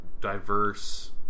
diverse